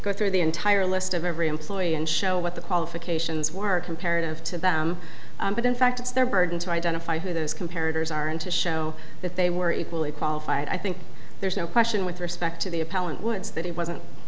go through the entire list of every employee and show what the qualifications were comparative to them but in fact it's their burden to identify who those comparatives are and to show that they were equally qualified i think there's no question with respect to the appellant woods that he wasn't